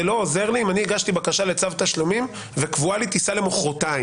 זה לא עוזר לי אם אני הגשתי בקשה לצו תשלומים וקבועה לי טיסה למחרתיים.